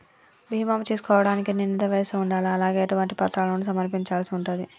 బీమా చేసుకోవడానికి నిర్ణీత వయస్సు ఉండాలా? అలాగే ఎటువంటి పత్రాలను సమర్పించాల్సి ఉంటది?